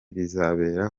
bizabera